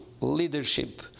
leadership